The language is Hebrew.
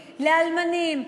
לאלמנים,